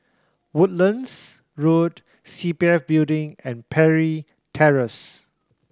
Woodlands Road C P F Building and Parry Terrace